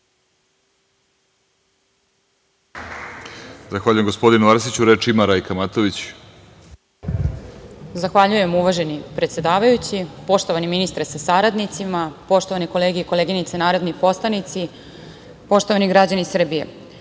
Zahvaljujem gospodinu Arsiću. Reč ima Rajka Matović. **Rajka Matović** Zahvaljujem uvaženi predsedavajući. Poštovani ministre sa saradnicima, poštovane kolege i koleginice narodni poslanici, poštovani građani Srbije,